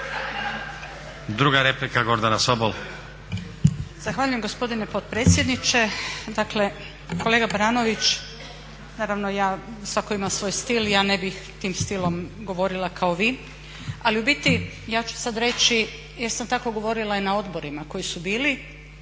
Sobol. **Sobol, Gordana (SDP)** Zahvaljujem gospodine potpredsjedniče. Dakle kolega Baranović, naravno svatko ima svoj stil, ja ne bih tim stilom govorila kao vi ali u biti ja ću sad reći jer sam tako govorila i na odborima koji su bili